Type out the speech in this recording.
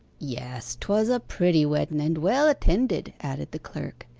yes, twas a pretty wedden, and well attended added the clerk.